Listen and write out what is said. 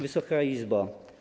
Wysoka Izbo!